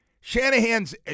Shanahan's